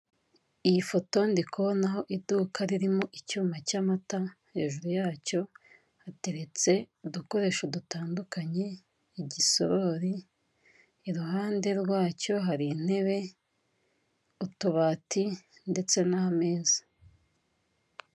Iyi foto ndi kubonaho iduka ririmo icyuma cy'amata, hejuru yacyo hateretse udukoresho dutandukanye, igisorori, iruhande rwacyo hari intebe, utubati ndetse n'ameza.